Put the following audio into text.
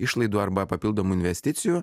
išlaidų arba papildomų investicijų